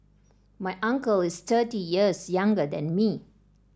my uncle is thirty years younger than me